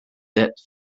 that